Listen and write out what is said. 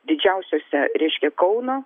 didžiausiose reiškia kauno